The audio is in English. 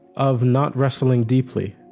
of not wrestling deeply,